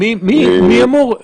מי אמור?